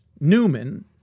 Newman